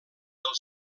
del